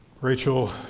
Rachel